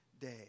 day